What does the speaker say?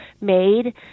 made